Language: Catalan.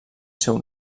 seu